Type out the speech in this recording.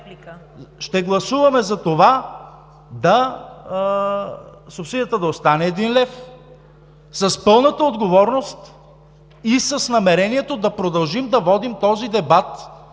Ще гласуваме за това субсидията да остане 1 лв. с пълната отговорност и с намерението да продължим да водим този дебат